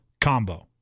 combo